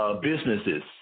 businesses